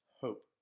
hope